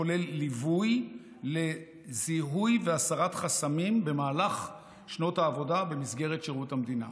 הכולל ליווי לזיהוי והסרת חסמים במהלך שנות העבודה במסגרת שירות המדינה.